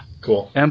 Cool